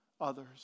others